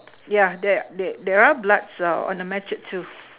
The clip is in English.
yeah there there there are bloods uhh on the machete too